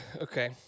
okay